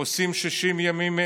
עושים 60 ימים,